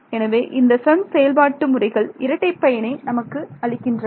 எனவே இந்த FEM செயல்பாட்டு முறைகள் இரட்டை பயனை நமக்கு அளிக்கின்றன